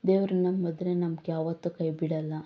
ದೇವ್ರ ನಂಬಿದ್ರೆ ನಮಗೆ ಯಾವತ್ತೂ ಕೈ ಬಿಡೋಲ್ಲ